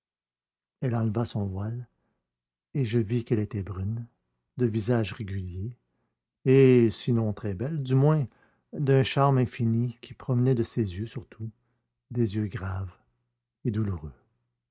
elle enleva son voile et je vis qu'elle était brune de visage régulier et sinon très belle du moins d'un charme infini qui provenait de ses yeux surtout des yeux graves et douloureux